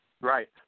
Right